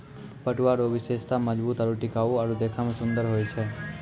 पटुआ रो विशेषता मजबूत आरू टिकाउ आरु देखै मे सुन्दर होय छै